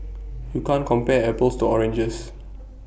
you can't compare apples to oranges